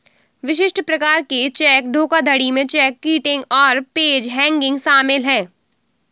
विशिष्ट प्रकार के चेक धोखाधड़ी में चेक किटिंग और पेज हैंगिंग शामिल हैं